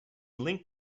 linked